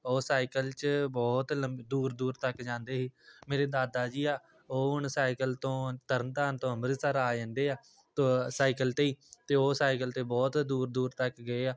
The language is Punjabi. ਉਹ ਸਾਈਕਲ 'ਚ ਬਹੁਤ ਲੰਮ ਦੂਰ ਦੂਰ ਤੱਕ ਜਾਂਦੇ ਸੀ ਮੇਰੇ ਦਾਦਾ ਜੀ ਆ ਉਹ ਹੁਣ ਸਾਈਕਲ ਤੋਂ ਤਰਨ ਤਾਰਨ ਤੋਂ ਅੰਮ੍ਰਿਤਸਰ ਆ ਜਾਂਦੇ ਆ ਤੋ ਸਾਈਕਲ 'ਤੇ ਹੀ ਅਤੇ ਉਸ ਸਾਈਕਲ 'ਤੇ ਬਹੁਤ ਦੂਰ ਦੂਰ ਤੱਕ ਗਏ ਆ